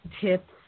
tips